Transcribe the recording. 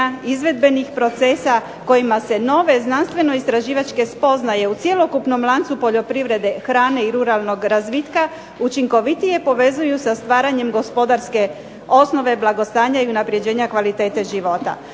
izvedbenih procesa kojima se nove znanstveno istraživačke spoznaje u cjelokupnom lancu poljoprivrede, hrane i ruralnog razvitka učinkovitije povezuju sa stvaranjem gospodarske osnove blagostanja, unapređenja kvalitete života.